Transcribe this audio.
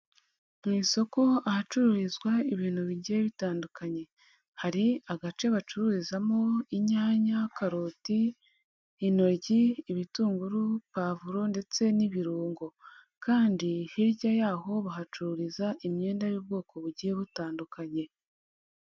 Mu isoko ahacuruzwa ibintu bigiye bitandukanye, hari agace bacururizamo inyanya, karoti, inoryi, ibitunguru, pavuro ndetse n'ibirungo kandi hirya y'aho bahacururiza imyenda y'ubwoko bugiye butandukanye.